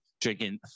drinking